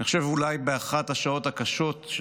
אני חושב אולי באחת השעות הקשות של